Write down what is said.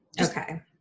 Okay